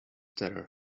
terror